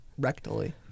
rectally